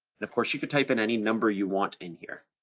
and of course you could type in any number you want in here.